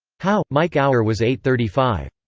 how mike hour was eight thirty five.